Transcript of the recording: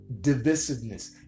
divisiveness